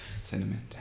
cinnamon